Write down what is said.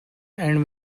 and